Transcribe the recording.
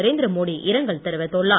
நரேந்திர மோடி இரங்கல் தெரிவித்துள்ளார்